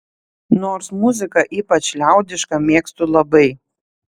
nors muziką ypač liaudišką mėgstu labai